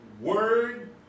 word